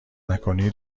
نکنی